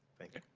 thank you.